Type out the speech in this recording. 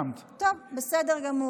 אני מנהל אותו,